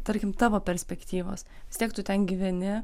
tarkim tavo perspektyvos vis tiek tu ten gyveni